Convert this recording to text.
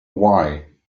why